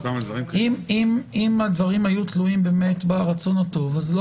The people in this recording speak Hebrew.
אם הדברים היו תלויים ברצון הטוב אז לא